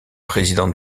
président